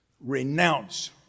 renounce